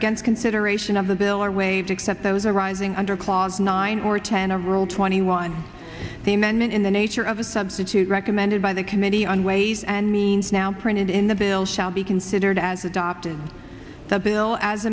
against consideration of the bill or waived except those arising under clause nine or ten a rule twenty one the men in the nature of a substitute recommended by the committee on ways and means now printed in the bill shall be considered as adopted